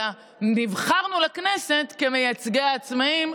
אלא נבחרו לכנסת כמייצגי העצמאים,